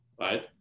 right